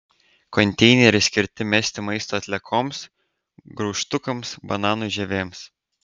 konteineriai skirti mesti maisto atliekoms graužtukams bananų žievėms